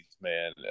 man